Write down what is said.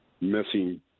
missing